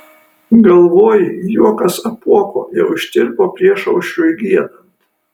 galvoji juokas apuoko jau ištirpo priešaušriui giedant